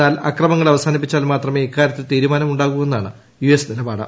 എന്നാൽ അക്രമങ്ങൾ അവസാനിപ്പിച്ചാൽ മാത്രമേ ഇക്കാര്യത്തിൽ തീരുമാനമുണ്ടാകൂ എന്നാണ് യു എസ് നിലപാട്